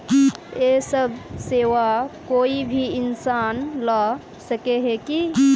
इ सब सेवा कोई भी इंसान ला सके है की?